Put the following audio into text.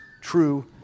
true